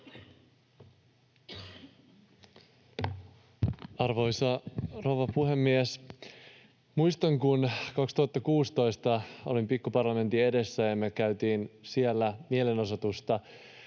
Arvoisa rouva puhemies! Muistan, kun 2016 olin Pikkuparlamentin edessä ja me käytiin siellä mielenosoitusta